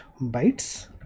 bytes